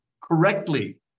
correctly